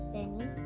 Benny